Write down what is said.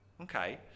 okay